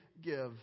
give